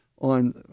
on